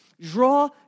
Draw